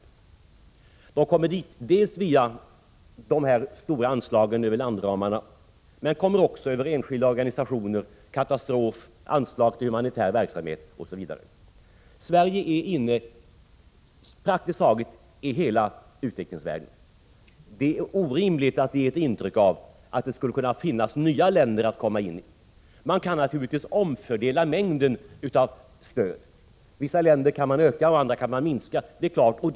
Biståndet kommer dit dels via de stora anslagen över landramarna, dels genom enskilda organisationer, genom katastrofanslag, genom anslag till humanitär verksamhet osv. Sverige är inne i praktiskt taget hela utvecklingsvärlden. Det är orimligt att ge ett intryck av att det skulle finnas nya länder att komma in i. Man kan naturligtvis omfördela mängden av stöd. Man kan öka stödet till vissa länder och minska det till andra.